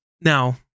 Now